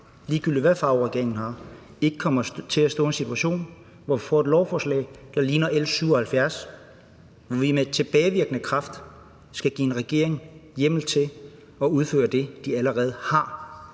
ligegyldig hvilken farve regeringen har, ikke kommer til at stå i en situation, hvor vi får et lovforslag, der ligner L 77, hvor vi med tilbagevirkende kraft skal give en regering hjemmel til at udføre det, den allerede har